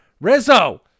Rizzo